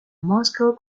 moscow